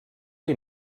die